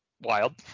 wild